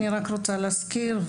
אני רק רוצה להזכיר,